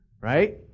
Right